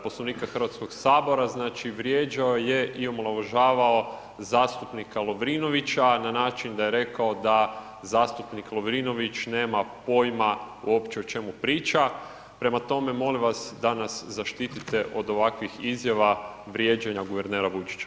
Poslovnika Hrvatskog sabora, znači vrijeđao je i omalovažavao zastupnika Lovrinovića, na način da je rekao da zastupnik Lovrinović nema pojma uopće o čemu priča, prema tome molim vas da nas zaštitite od ovakvih izjava, vrijeđanja guvernera Vujčića.